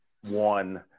one